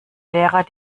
lehrer